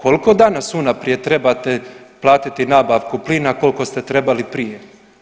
Koliko danas unaprijed trebate platiti nabavku plina, a koliko ste trebali prije.